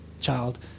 child